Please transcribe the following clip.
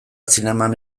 zineman